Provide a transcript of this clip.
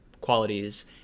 qualities